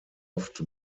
oft